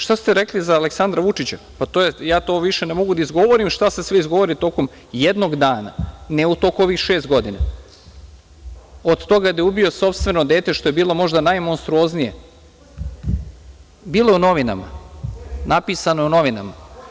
Šta ste rekli za Aleksandra Vučića, pa ja to više ne mogu da izgovorim šta se sve izgovori tokom jednog dana, ne u toku ovih šest godina, od toga da je ubio sopstveno dete, što je bilo možda najmonstruoznije. (Aleksandra Jerkov: Ko je to rekao?) Bilo je u novinama, napisano je u novinama.